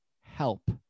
help